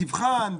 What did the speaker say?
תבחן,